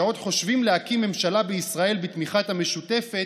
שעוד חושבים להקים ממשלה בישראל בתמיכת המשותפת,